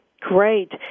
Great